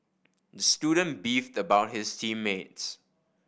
the student beefed about his team mates